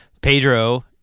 Pedro